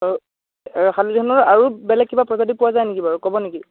শালি ধানৰ আৰু বেলেগ কিবা প্ৰজাতি পোৱা যায় নেকি বাৰু ক'ব নেকি